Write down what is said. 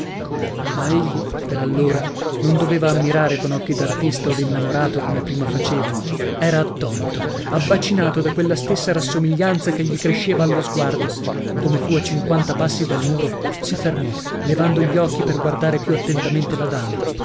egli per allora non doveva ammirare con occhi d'artista o d'innamorato come prima faceva era attonito abbacinato da quella stessa rassomiglianza che gli cresceva allo sguardo come fu a cinquanta passi dal muro si fermò levando gli occhi per guardare più attentamente la dama